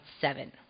seven